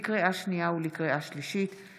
לקריאה שנייה ולקריאה שלישית,